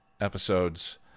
episodes